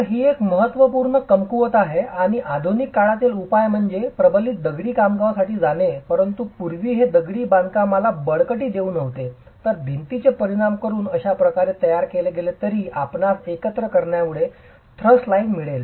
तर ही एक महत्त्वपूर्ण कमकुवतपणा आहे आणि आधुनिक काळातील उपाय म्हणजे प्रबलित दगडी बांधकामा साठी जाणे परंतु पूर्वी हे दगडी बांधकामाला बळकटी देऊन नव्हे तर भिंतींचे परिमाण करून अशा प्रकारे तयार केले गेले की आपणास एकत्र करण्यामुळे थ्रस्ट लाइनची मिळेल